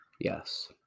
Yes